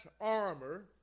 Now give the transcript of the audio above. armor